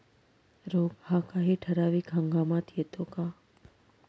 रोग हा काही ठराविक हंगामात येतो का?